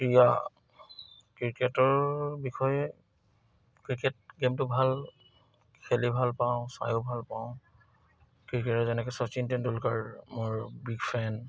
ক্ৰীড়া ক্ৰিকেটৰ বিষয়ে ক্ৰিকেট গেমটো ভাল খেলি ভাল পাওঁ চাইও ভাল পাওঁ ক্ৰিকেটৰ যেনেকে শচীন তেণ্ডুলকাৰ মোৰ বিগ ফেন